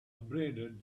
abraded